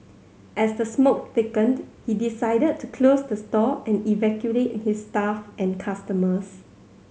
as the smoke thickened he decided to close the store and evacuate his staff and customers